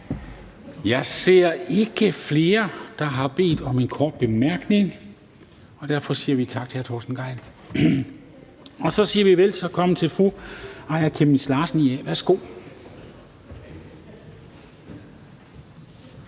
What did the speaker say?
Jeg ser ikke flere, der har bedt om en kort bemærkning. Derfor siger vi tak til hr. Torsten Gejl, og så siger vi velkommen til fru Aaja Chemnitz Larsen, IA. Værsgo.